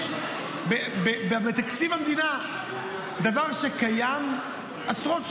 יש בתקציב המדינה דבר שקיים עשרות שנים,